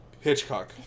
Hitchcock